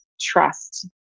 trust